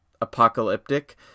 apocalyptic